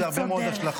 יש לזה הרבה מאוד השלכות,